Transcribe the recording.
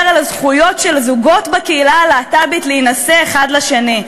על הזכויות של זוגות בקהילה הלהט"בית להינשא האחד לשני.